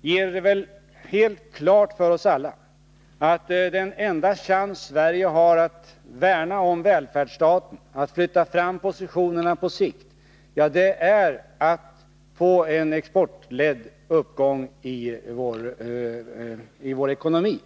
gör det helt klart för oss alla att den enda chans Sverige har att värna om välfärdsstaten och att flytta fram positionerna på sikt är att få en exportledd uppgång av vår ekonomi.